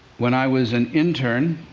when i was an intern